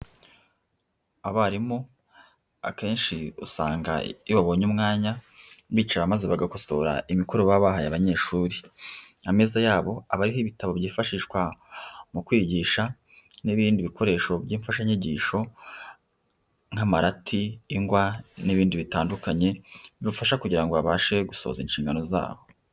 Abarimu akenshi usanga iyo babonye umwanya, bicara maze bagakosora imikoro baba bahaye abanyeshuri. Ameza yabo aba ariho ibitabo byifashishwa mu kwigisha n'ibindi bikoresho by'imfashanyigisho nk'amarati, ingwa n'ibindi bitandukanye, bibafasha kugira ngo babashe gusohoza inshingano zabo.